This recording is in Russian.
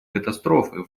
катастрофы